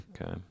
okay